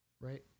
right